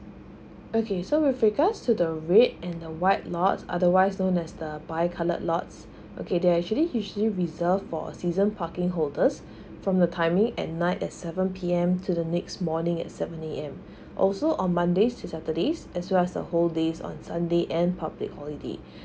okay so with regards to the red and the white lot otherwise known as the bi coloured lots okay there actually usually reserved for season parking holders from the timing at night at seven P_M to the next morning at seven A_M also on mondays to saturdays as well as a whole day's on sunday and public holiday